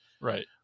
Right